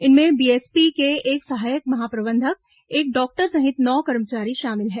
इनमें बीएसपी के एक सहायक महाप्रबंधक एक डॉक्टर सहित नौ कर्मचारी शामिल हैं